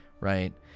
right